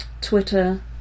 Twitter